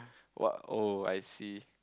what oh I see